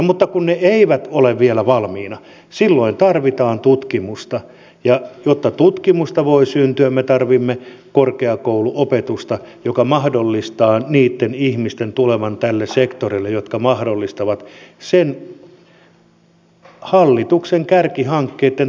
mutta kun ne eivät ole vielä valmiina silloin tarvitaan tutkimusta ja jotta tutkimusta voi syntyä me tarvitsemme korkeakouluopetusta joka mahdollistaa niitten ihmisten tulemisen näille sektoreille jotka mahdollistavat niiden hallituksen kärkihankkeitten toteutumisen